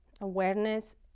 awareness